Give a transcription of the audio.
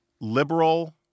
liberal